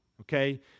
Okay